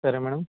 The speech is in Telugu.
సరే మేడం